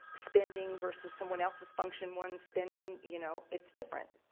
spending versus someone else's function one spending, you know, it's different.